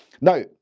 Now